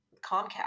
Comcast